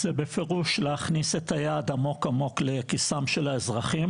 זה בפירוש להכניס את היד עמוק עמוק לכיסם של האזרחים.